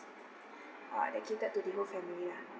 uh that catered to the whole family lah